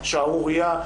שערורייה,